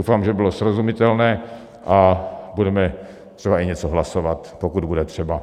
Doufám, že bylo srozumitelné a budeme třeba i něco hlasovat, pokud bude třeba.